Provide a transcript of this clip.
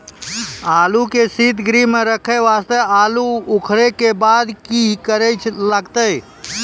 आलू के सीतगृह मे रखे वास्ते आलू उखारे के बाद की करे लगतै?